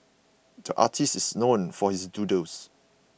the artist is known for his doodles